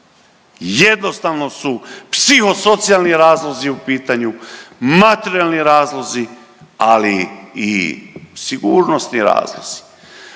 Jednostavno su psihosocijalni razlozi u pitanju, materijalni razlozi, ali i sigurnosni razlozi.